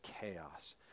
chaos